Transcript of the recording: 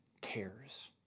cares